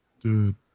Dude